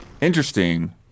interesting